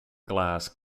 glass